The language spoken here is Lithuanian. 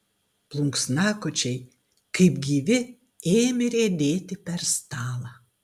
plunksnakočiai kaip gyvi ėmė riedėti per stalą